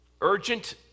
urgent